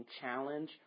challenge